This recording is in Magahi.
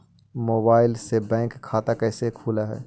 मोबाईल से बैक खाता कैसे खुल है?